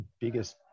biggest